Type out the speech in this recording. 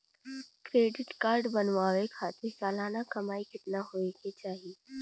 Credit card बनवावे खातिर सालाना कमाई कितना होए के चाही?